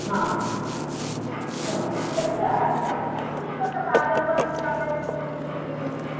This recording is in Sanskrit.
हा हां हां तत्र चम्पकपुष्पकपादपं स्थापयितुं शक्यते किम्